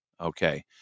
Okay